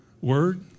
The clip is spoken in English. word